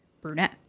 brunette